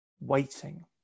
waiting